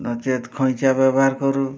ନଚେତ୍ ଖଇଚା ବ୍ୟବହାର କରୁ